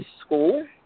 school